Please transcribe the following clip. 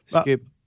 Skip